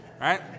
Right